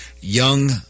young